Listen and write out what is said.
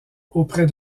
auprès